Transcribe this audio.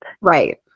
Right